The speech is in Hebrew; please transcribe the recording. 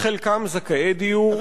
חלקם זכאי דיור.